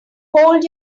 hold